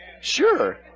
Sure